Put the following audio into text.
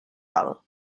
dol